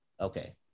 Okay